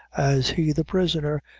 as he, the prisoner,